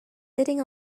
sitting